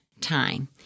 time